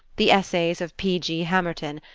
the essays of p. g. hamerton,